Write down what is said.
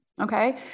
Okay